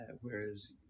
whereas